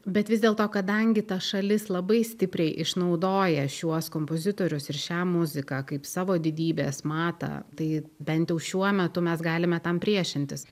bet vis dėlto kadangi ta šalis labai stipriai išnaudoja šiuos kompozitorius ir šią muziką kaip savo didybės matą tai bent jau šiuo metu mes galime tam priešintis